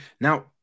Now